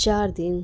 چار دن